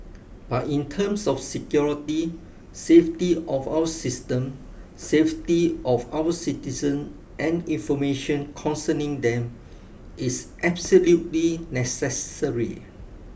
but in terms of security safety of our system safety of our citizen and information concerning them it's absolutely necessary